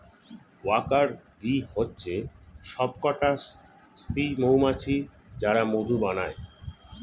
worker bee হচ্ছে সবকটা স্ত্রী মৌমাছি যারা মধু বানায়